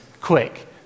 Quick